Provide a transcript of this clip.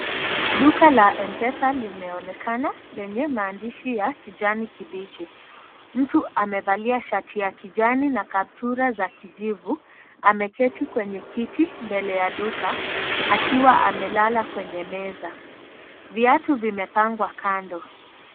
Duka la Mpesa limeonekana lenye maandishi ya kijani kibichi, mtu amevalia shati ya kijani na kaptura za kijivu, ameketi kwenye kiti mbele ya duka akiwa amelala kwenye meza, viatu vimepangwa kando.